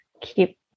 keep